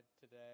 today